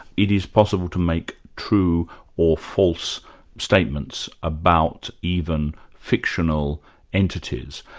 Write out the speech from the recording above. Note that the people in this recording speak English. it is possible to make true or false statements about even fictional entities.